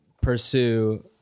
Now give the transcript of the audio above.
pursue